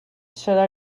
serà